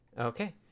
Okay